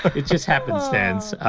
it just happenstance